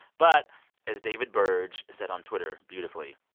but as david burge said on twitter beautifully,